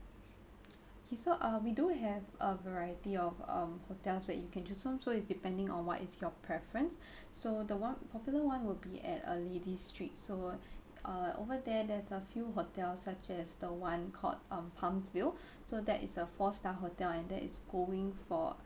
okay so uh we do have a variety of um hotels that you can choose from so it's depending on what is your preference so the one popular one will be at early district so uh over there there's a few hotel such as the one called um palmsville so that is a four star hotel and that is going for